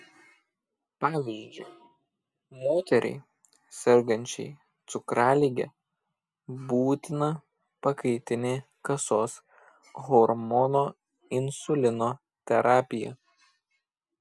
pavyzdžiui moteriai sergančiai cukralige būtina pakaitinė kasos hormono insulino terapija